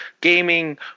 gaming